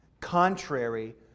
contrary